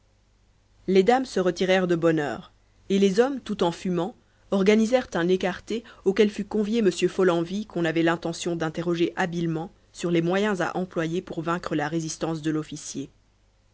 les dames se retirèrent de bonne heure et les hommes tout en fumant organisèrent un écarté auquel fut convié m follenvie qu'on avait l'intention d'interroger habilement sur les moyens à employer pour vaincre la résistance de l'officier